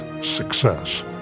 success